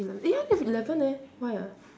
eh I only have eleven eh why ah